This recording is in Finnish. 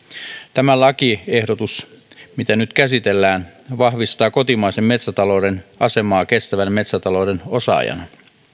tämä lakiehdotus mitä nyt käsitellään vahvistaa kotimaisen metsätalouden asemaa kestävän metsätalouden osaajana